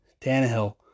Tannehill